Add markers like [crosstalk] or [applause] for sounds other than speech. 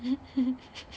[laughs]